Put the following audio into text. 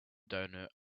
doughnut